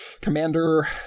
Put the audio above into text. commander